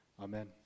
Amen